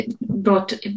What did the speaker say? brought